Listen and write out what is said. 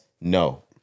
no